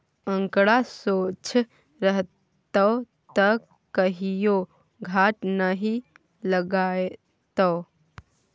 आंकड़ा सोझ रहतौ त कहियो घाटा नहि लागतौ